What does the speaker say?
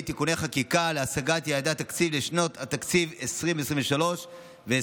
(תיקוני חקיקה להשגת יעדי התקציב לשנות התקציב 2023 ו-2024),